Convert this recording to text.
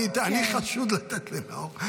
אני חשוד בלתת לנאור?